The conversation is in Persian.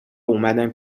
اومدم